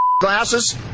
glasses